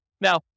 Now